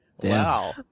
Wow